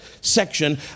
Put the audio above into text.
section